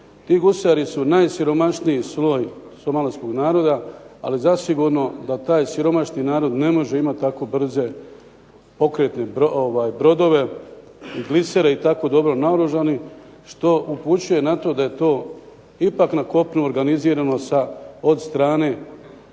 ti gusari su najsiromašniji sloj somalijskog naroda, ali zasigurno da taj siromašni narod ne može imati tako brze pokretne brodove i glisere i tako dobro naoružani, što upućuje na to da je to ipak na kopnu organizirano sa od strane,